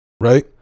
Right